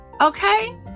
Okay